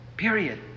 period